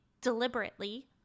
deliberately